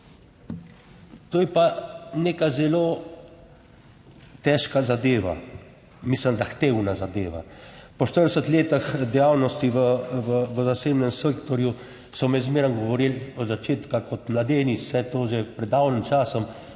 to je pa neka zelo težka zadeva, mislim, zahtevna zadeva. Po 40 letih dejavnosti v zasebnem sektorju so mi zmeraj govorili od začetka, kot mladenič vse to že pred davnim časom,